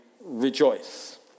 Rejoice